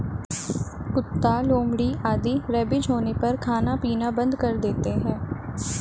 कुत्ता, लोमड़ी आदि रेबीज होने पर खाना पीना बंद कर देते हैं